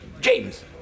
James